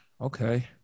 okay